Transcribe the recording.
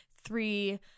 three